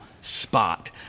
spot